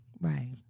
Right